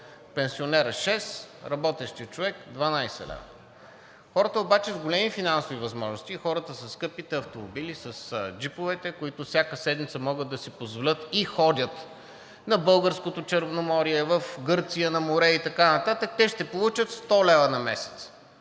Пенсионерът – 6, работещият човек – 12 лв. Хората обаче с големи финансови възможности и хората със скъпите автомобили, с джиповете, които всяка седмица могат да си позволят и ходят на българското Черноморие, в Гърция на море и така нататък, те ще получат 100 лв. на месец,